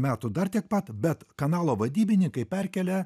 metų dar tiek pat bet kanalo vadybininkai perkėlė